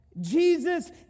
Jesus